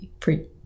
free